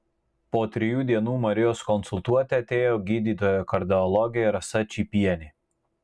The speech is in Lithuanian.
po trijų dienų marijos konsultuoti atėjo gydytoja kardiologė rasa čypienė